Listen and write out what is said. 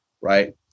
right